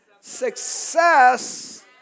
Success